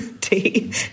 tea